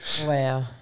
Wow